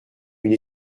une